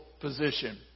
position